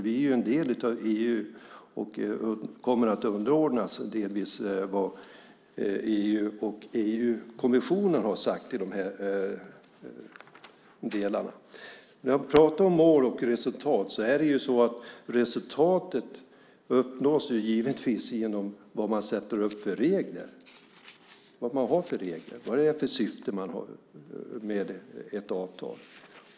Vi är ju en del av EU och kommer delvis att underordnas vad EU och EU-kommissionen har sagt i de här delarna. Jag pratar om mål och resultat. Resultatet som uppnås hänger givetvis samman med vad man sätter upp för regler, vad man har för regler, vad det är för syfte man har med ett avtal.